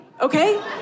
okay